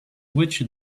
which